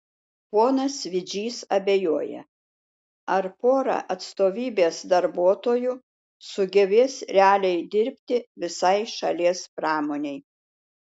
ponas vidžys abejoja ar pora atstovybės darbuotojų sugebės realiai dirbti visai šalies pramonei